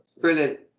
brilliant